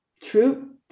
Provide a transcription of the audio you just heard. True